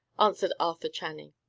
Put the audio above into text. answered arthur channing.